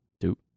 Two